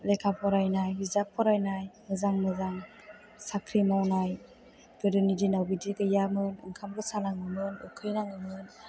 लेखा फरायनाय गिरजा फरायनाय मोजां मोजां साख्रि मावनाय गोदोनि दिनाव बिदि गैयामोन ओंखाम रसा नाङोमोन उखैनाङोमोन